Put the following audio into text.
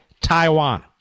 Taiwan